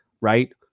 right